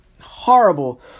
horrible